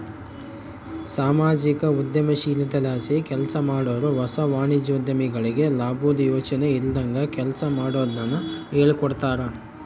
ಸಾಮಾಜಿಕ ಉದ್ಯಮಶೀಲತೆಲಾಸಿ ಕೆಲ್ಸಮಾಡಾರು ಹೊಸ ವಾಣಿಜ್ಯೋದ್ಯಮಿಗಳಿಗೆ ಲಾಬುದ್ ಯೋಚನೆ ಇಲ್ದಂಗ ಕೆಲ್ಸ ಮಾಡೋದುನ್ನ ಹೇಳ್ಕೊಡ್ತಾರ